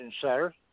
sir